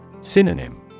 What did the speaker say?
Synonym